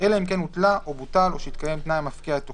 אלא אם כן הותלה או בוטל או שהתקיים תנאי המפקיע את תוקפו,